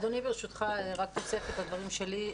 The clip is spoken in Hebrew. אדוני, ברשותך רק תוספת לדברים שלי.